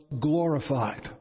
glorified